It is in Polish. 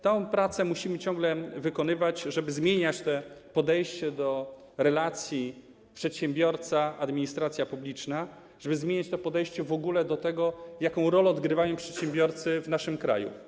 Tę pracę musimy ciągle wykonywać, żeby zmieniać podejście do relacji przedsiębiorca - administracja publiczna, żeby zmieniać podejście do tego, jaką rolę odgrywają przedsiębiorcy w naszym kraju.